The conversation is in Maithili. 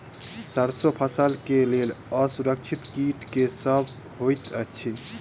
सैरसो फसल केँ लेल असुरक्षित कीट केँ सब होइत अछि?